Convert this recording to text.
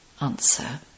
Answer